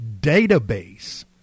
database